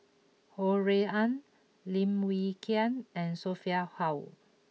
Ho Rui An Lim Wee Kiak and Sophia Hull